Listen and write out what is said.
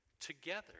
Together